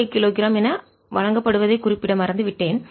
05 kilogram என வழங்கப்படுவதை குறிப்பிட மறந்து விட்டேன்